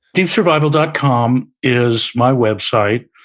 deepsurvival dot com is my website.